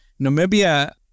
Namibia